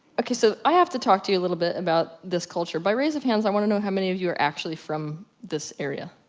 ok, so, i have to talk to you a little bit about this culture, by raise of hands i wanna know how many of you are actually from this area.